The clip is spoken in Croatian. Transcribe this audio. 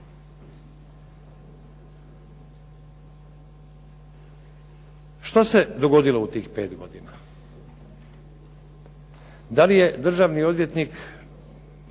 Što se dogodilo u tih 5 godina? Da li je državni odvjetnik